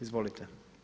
Izvolite.